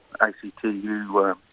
ACTU